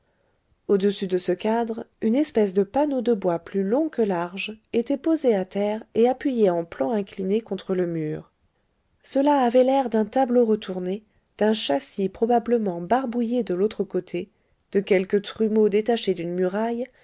au-dessus de ce cadre une espèce de panneau de bois plus long que large était posé à terre et appuyé en plan incliné contre le mur cela avait l'air d'un tableau retourné d'un châssis probablement barbouillé de l'autre côté de quelque trumeau détaché d'une muraille